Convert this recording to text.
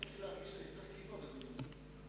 אני מתחיל להרגיש שאני צריך כיפה בדיון הזה.